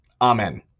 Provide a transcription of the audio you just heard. Amen